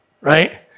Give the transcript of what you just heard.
right